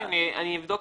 אני אבדוק.